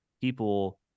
people